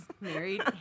Married